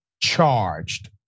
charged